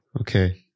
Okay